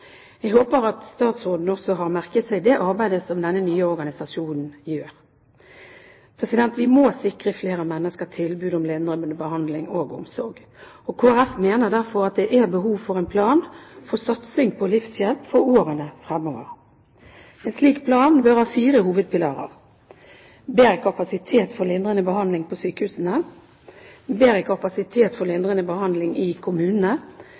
Jeg håper at også statsråden har merket seg det arbeidet som denne nye organisasjonen gjør. Vi må sikre flere mennesker tilbud om lindrende behandling og omsorg. Kristelig Folkeparti mener derfor at det er behov for en plan for satsing på livshjelp i årene fremover. En slik plan bør ha fire hovedpilarer: bedre kapasitet for lindrende behandling på sykehusene bedre kapasitet for lindrende behandling i kommunene